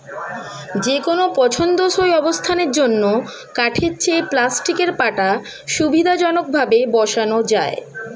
যেকোনো পছন্দসই অবস্থানের জন্য কাঠের চেয়ে প্লাস্টিকের পাটা সুবিধাজনকভাবে বসানো যায়